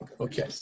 Okay